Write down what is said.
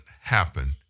happen